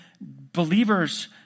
believers